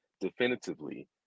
definitively